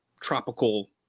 tropical